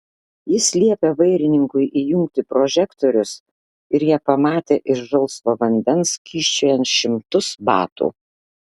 jis liepė vairininkui įjungti prožektorius ir jie pamatė iš žalsvo vandens kyščiojant šimtus batų